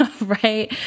right